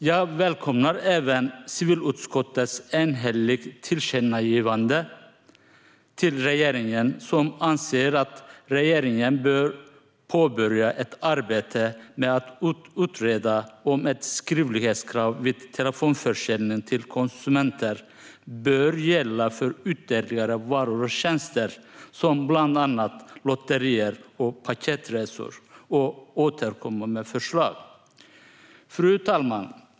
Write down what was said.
Jag välkomnar även civilutskottets enhälliga tillkännagivande till regeringen om att regeringen bör påbörja ett arbete med att utreda om ett skriftlighetskrav vid telefonförsäljning till konsumenter bör gälla för ytterligare varor och tjänster, bland annat lotterier och paketresor, och återkomma med förslag. Fru talman!